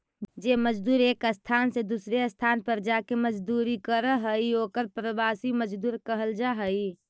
जे मजदूर एक स्थान से दूसर स्थान पर जाके मजदूरी करऽ हई ओकर प्रवासी मजदूर कहल जा हई